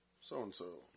so-and-so